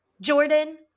Jordan